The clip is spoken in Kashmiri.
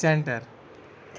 سینٹر